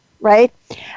right